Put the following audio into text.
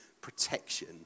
protection